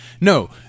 No